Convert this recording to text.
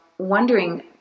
wondering